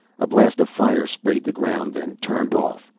a blast of fire sprayed the ground, then turned off.